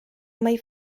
mai